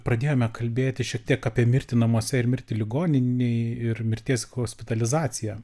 pradėjome kalbėti šiek tiek apie mirtį namuose ir mirtį ligoninėj ir mirties hospitalizaciją